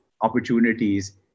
opportunities